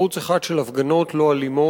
ערוץ אחד של הפגנות לא אלימות,